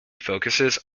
focuses